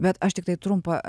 bet aš tiktai trumpą